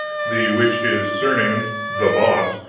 the which is surnamed the boss,